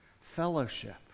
fellowship